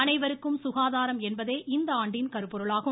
அனைவருக்கும் சுகாதாரம் என்பதே இந்த ஆண்டின் கருப்பொருளாகும்